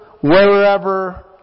wherever